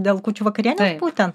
dėl kūčių vakarienės būtent